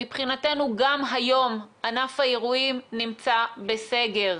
מבחינתנו גם היום ענף האירועים נמצא בסגר.